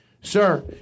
Sir